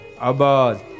abad